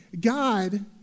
God